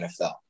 NFL